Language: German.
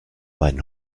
meinen